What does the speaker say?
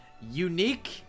unique